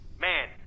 man